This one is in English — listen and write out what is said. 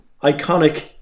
iconic